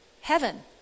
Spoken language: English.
heaven